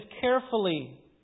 carefully